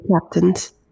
captains